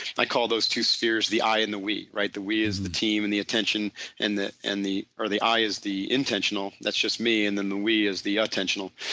i call those two spheres the i and the we right. the we is the team and the attention and the and the or the i is the intentional that's just me and then the we is the attentional.